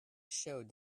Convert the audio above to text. showed